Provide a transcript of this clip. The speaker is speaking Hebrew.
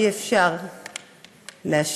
כי אי-אפשר להשאיר,